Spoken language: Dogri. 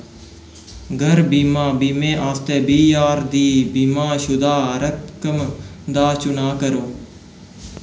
घर बीमा बीमे आस्तै बीह् ज्हार दी बीमाशुदा रकम दा चुनांऽ करो